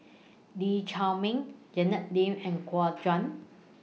Lee Chiaw Meng Janet Lim and Guo Juan